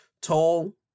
tall